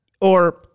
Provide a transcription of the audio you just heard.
Or-